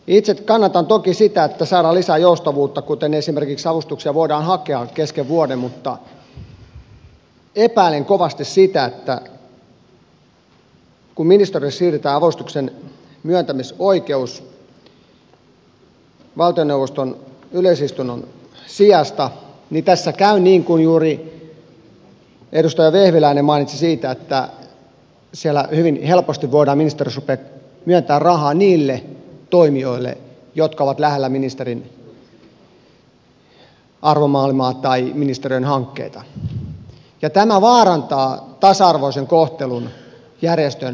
itse kannatan toki sitä että saadaan lisää joustavuutta esimerkiksi avustuksia voidaan hakea kesken vuoden mutta epäilen kovasti sitä että kun ministeriöille siirretään avustuksen myöntämisoikeus valtioneuvoston yleisistunnon sijasta niin tässä käy niin kuin juuri edustaja vehviläinen mainitsi että hyvin helposti voidaan ministeriössä ruveta myöntämään rahaa niille toimijoille jotka ovat lähellä ministerin arvomaailmaa tai ministeriön hankkeita ja tämä vaarantaa tasa arvoisen kohtelun järjestön osalta